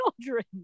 children